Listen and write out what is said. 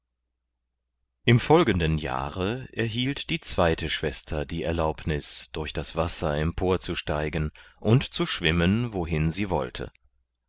im folgenden jahre erhielt die zweite schwester die erlaubnis durch das wasser empor zu steigen und zu schwimmen wohin sie wolle